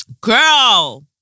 girl